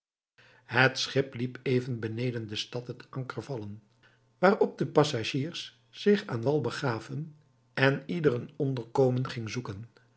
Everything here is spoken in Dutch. het schip liet even beneden de stad het anker vallen waarop de passagiers zich aan wal begaven en ieder een